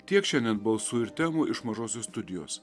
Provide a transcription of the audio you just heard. tiek šiandien balsų ir temų iš mažosios studijos